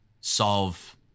solve